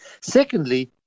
Secondly